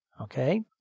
Okay